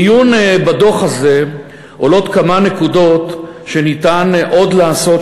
מעיון בדוח הזה עולות כמה נקודות שניתן עוד לעשות,